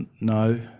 No